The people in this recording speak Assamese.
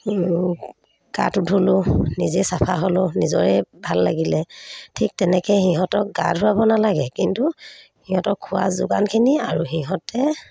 গাটো ধুলোঁ নিজেই চাফা হ'লোঁ নিজৰে ভাল লাগিলে ঠিক তেনেকৈ সিহঁতক গা ধুৱাব নালাগে কিন্তু সিহঁতক খোৱা যোগানখিনি আৰু সিহঁতে